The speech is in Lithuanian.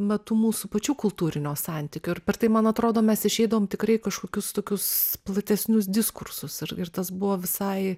metu mūsų pačių kultūrinio santykio ir per tai man atrodo mes išeidavom tikrai į kažkokius tokius platesnius diskursus ir tas buvo visai